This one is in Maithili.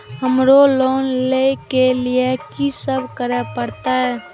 हमरा लोन ले के लिए की सब करे परते?